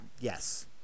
yes